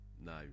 no